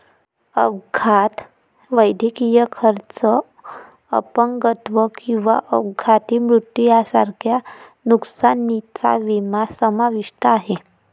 अपघात, वैद्यकीय खर्च, अपंगत्व किंवा अपघाती मृत्यू यांसारख्या नुकसानीचा विमा समाविष्ट आहे